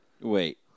Wait